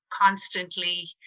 constantly